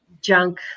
junk